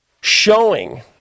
showing